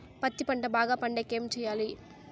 పత్తి పంట బాగా పండే కి ఏమి చెయ్యాలి?